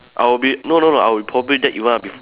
I will be no no no I will probably dead one